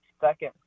second